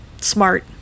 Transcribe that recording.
smart